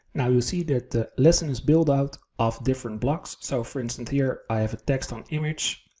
now you see that the lesson is built out of different blocks. so for instance here, i have a text on image,